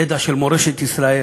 ידע של מורשת ישראל.